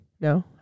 No